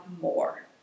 more